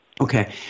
Okay